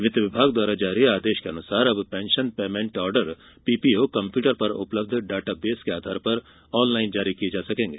वित्त विभाग द्वारा जारी आदेश के अनुसार अब pension payment order PPO computer पर उपलब्ध डाटा बेस के आधार पर ऑन लाइन जारी किये जा सकेंगे